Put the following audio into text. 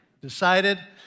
decided